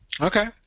Okay